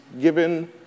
given